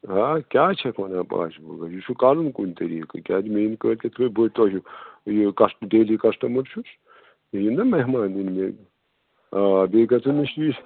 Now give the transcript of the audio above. آ کیٛاہ چھیٚکھ وَنان پاسبلٕے یہِ چھُ کَرُن کُنہِ طریٖقہٕ کیٛازِ مےٚ یِنۍ کٲلکیٚتھ ہے بہٕ تۄہہِ چھُس یہِ کَسٹ ڈیلی کَسٹمَر چھُس مےٚ یِن نا مہمان یِن مےٚ آ بیٚیہِ گژھیٚن مےٚ شیٖرِتھ